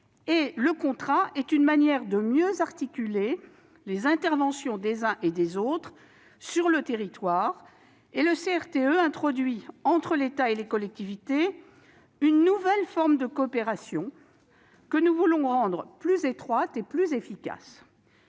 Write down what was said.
Le contrat est une manière de mieux articuler les interventions des uns et des autres sur le territoire. De ce point de vue, le CRTE introduit entre l'État et les collectivités une nouvelle forme de coopération, que nous voulons rendre plus étroite et plus efficace.